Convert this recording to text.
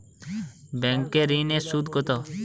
Bank ঋন এর সুদ কত?